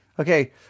Okay